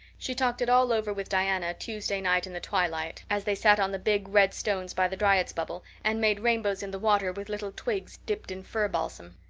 she talked it all over with diana tuesday night in the twilight, as they sat on the big red stones by the dryad's bubble and made rainbows in the water with little twigs dipped in fir balsam.